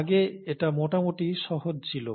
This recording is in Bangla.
আগে এটা মোটামুটি সহজ ছিল